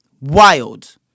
Wild